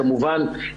כמובן.